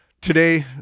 today